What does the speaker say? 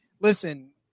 listen